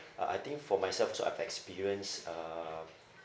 uh I think for myself so I'm experienced um